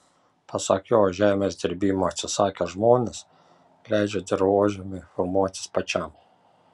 pasak jo žemės dirbimo atsisakę žmonės leidžia dirvožemiui formuotis pačiam